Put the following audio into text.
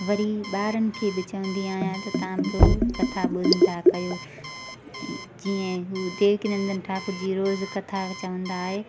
वरी ॿारनि खे बि चवंदी आहियां त तव्हां बि कथा ॿुधंदा कयो जीअं देवकी नंदन ठाकुर जी रोज़ु कथा चवंदा आहे